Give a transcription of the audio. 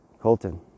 Colton